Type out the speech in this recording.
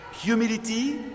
Humility